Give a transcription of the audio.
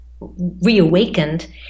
reawakened